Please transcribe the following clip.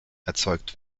erzeugt